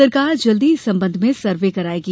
सरकार जल्दी ही इस संबंध में सर्वे करायेगी